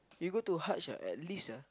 you go to Haj ah at least ah